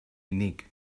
unig